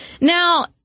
Now